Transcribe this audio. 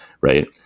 right